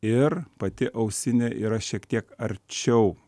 ir pati ausinė yra šiek tiek arčiau